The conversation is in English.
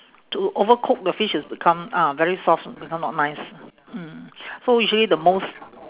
to overcook the fish is become ah very soft become not nice mm so usually the most